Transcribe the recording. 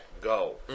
go